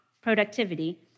productivity